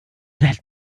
that